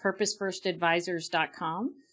purposefirstadvisors.com